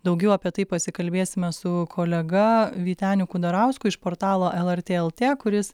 daugiau apie tai pasikalbėsime su kolega vyteniu kudarausku iš portalo lrt lt kuris